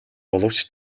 боловч